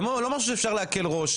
זה לא משהו שאפשר להקל בו ראש.